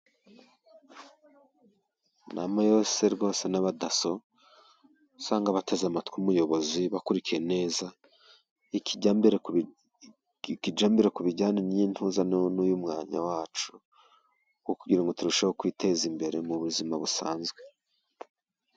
Inama yose rwose n'abadaso usanga bateze amatwi umuyobozi bakurikiye neza ikijya mbere ku bijyanye n'uyu mwanya wacu, kugira ngo turusheho kwiteza imbere mu buzima busanzwe.